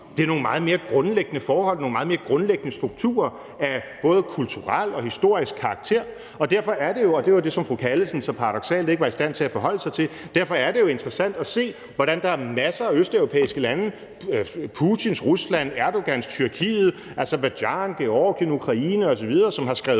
Det er nogle meget mere grundlæggende forhold, nogle meget mere grundlæggende strukturer af både kulturel og historisk karakter. Derfor er det jo, og det var det, som fru Anne Sophie Callesen så paradoksalt ikke var i stand til at forholde sig til, interessant at se, hvordan der er masser af østeuropæiske lande, Putins Rusland, Erdogans Tyrkiet, Aserbajdsjan, Georgien, Ukraine osv., som har skrevet